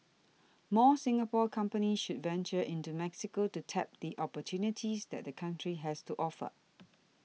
more Singapore companies should venture into Mexico to tap the opportunities that the country has to offer